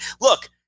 look